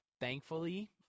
Thankfully